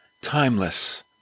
timeless